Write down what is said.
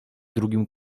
drugim